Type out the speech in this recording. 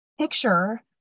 picture